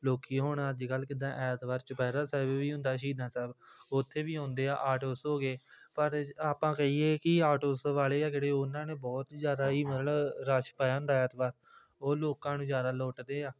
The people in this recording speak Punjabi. ਲੋਕ ਹੁਣ ਅੱਜ ਕੱਲ੍ਹ ਜਿੱਦਾਂ ਐਤਵਾਰ ਚੁਪਹਿਰਾ ਸਾਹਿਬ ਵੀ ਹੁੰਦਾ ਸ਼ਹੀਦਾਂ ਸਾਹਿਬ ਉੱਥੇ ਵੀ ਆਉਂਦੇ ਆ ਆਟੋਸ ਹੋ ਗਏ ਪਰ ਆਪਾਂ ਕਹੀਏ ਕਿ ਆਟੋਸ ਵਾਲੇ ਆ ਜਿਹੜੇ ਉਹਨਾਂ ਨੇ ਬਹੁਤ ਜ਼ਿਆਦਾ ਹੀ ਮਤਲਬ ਰਸ਼ ਪਾਇਆ ਹੁੰਦਾ ਐਤਵਾਰ ਉਹ ਲੋਕਾਂ ਨੂੰ ਜ਼ਿਆਦਾ ਲੁੱਟਦੇ ਆ